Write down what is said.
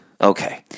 Okay